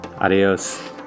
Adios